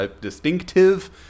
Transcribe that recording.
distinctive